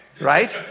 right